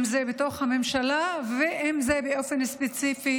אם זה בתוך הממשלה ואם זה באופן ספציפי